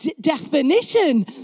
definition